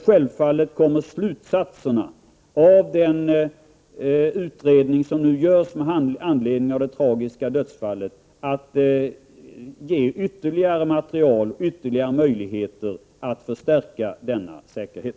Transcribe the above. Självfallet kommer slutsatserna av den utredning som nu görs med anledning av det tragiska dödsfallet att ge ytterligare material och möjligheter till att förstärka denna säkerhet.